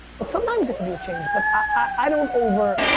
but sometimes it could be a change. but i don't over,